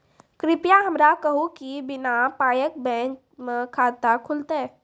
कृपया हमरा कहू कि बिना पायक बैंक मे खाता खुलतै?